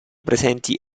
presenti